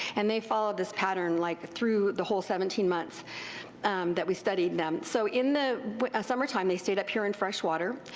and they followed this pattern like through the whole seventeen months that we studied them. so in the summertime they stayed up here in fresh water.